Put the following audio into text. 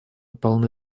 полны